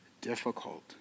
difficult